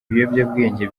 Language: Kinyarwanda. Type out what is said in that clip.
biyobyabwenge